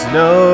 no